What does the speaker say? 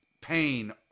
pain